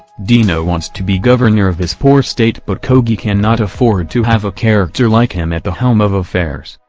dino wants to be governor of his poor state but kogi cannot afford to have a character like him at the helm of affairs.